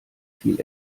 viel